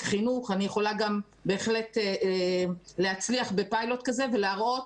חינוך אני יכולה גם בהחלט להצליח בפיילוט כזה ולהראות